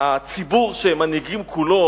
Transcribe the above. הציבור כולו